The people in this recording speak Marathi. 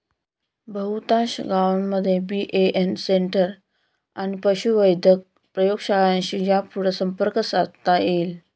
बहुतांश गावांमध्ये बी.ए.एफ सेंटर आणि पशुवैद्यक प्रयोगशाळांशी यापुढं संपर्क साधता येईल